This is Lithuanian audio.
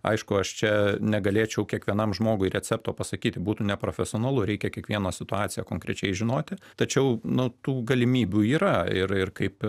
aišku aš čia negalėčiau kiekvienam žmogui recepto pasakyti būtų neprofesionalu reikia kiekvieno situaciją konkrečiai žinoti tačiau nu tų galimybių yra ir ir kaip